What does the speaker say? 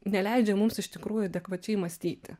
neleidžia mums iš tikrųjų adekvačiai mąstyti